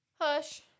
Hush